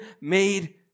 made